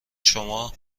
شما